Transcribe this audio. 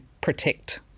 protect